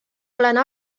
olen